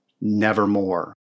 nevermore